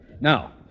Now